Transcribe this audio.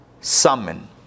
summon